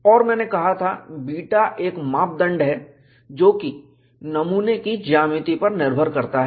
और मैंने कहा था बीटा एक मापदंड है जो कि नमूने की ज्यामिति पर निर्भर करता है